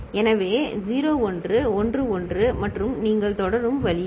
எனவே 0 1 1 1 மற்றும் நீங்கள் தொடரும் வழியில்